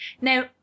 Now